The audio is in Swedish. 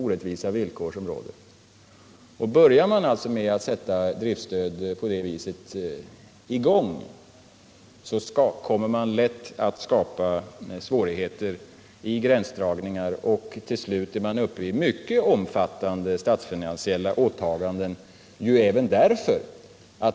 Detta upplevs som orättvist. Startar man en verksamhet med driftsstöd, skapar man lätt gränsdragningsproblem, och man kommer till slut upp i mycket omfattande statsfinansiella åtaganden.